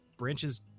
Branches